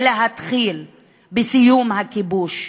ולהתחיל בסיום הכיבוש,